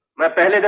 repent and